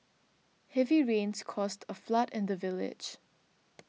heavy rains caused a flood in the village